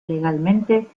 legalmente